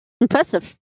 Impressive